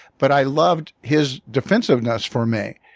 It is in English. but i loved his defensiveness for me.